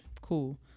Cool